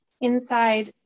inside